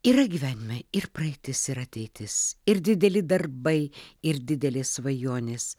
yra gyvenime ir praeitis ir ateitis ir dideli darbai ir didelės svajonės